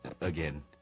again